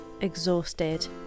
exhausted